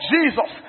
Jesus